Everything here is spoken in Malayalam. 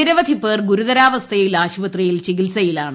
നിരവധിപേർ ഗുരുതരാവസ്ഥയിൽ ആശുപത്രിയിൽ ചികിത്സയിലാണ്